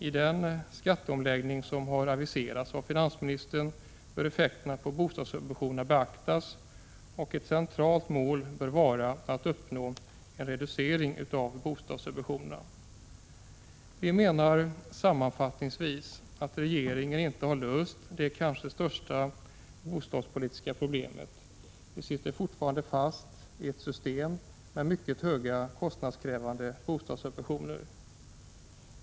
I den skatteomläggning som har aviserats av finansministern bör effekterna på bostadssubventionerna beaktas, och ett centralt mål vara att uppnå en reducering av bostadssubventionerna. Vi menar sammanfattningsvis att regeringen inte har löst det kanske största bostadspolitiska problemet. Vi sitter fortfarande fast i ett system med mycket kostnadskrävande bostadssubventioner.